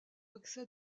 excès